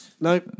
No